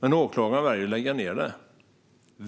Men åklagaren valde att lägga ned.